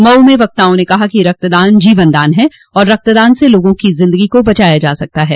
मऊ में वक्ताओं ने कहा कि रक्तदान जीवनदान है और रक्तदान से लोगों की जिंदगी का बचाया जा सकता है